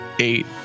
Eight